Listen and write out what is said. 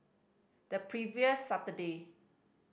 the previous Saturday